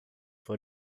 for